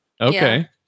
Okay